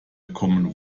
common